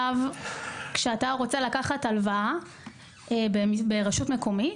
כשאתה רוצה לקחת הלוואה בתור רשות מקומית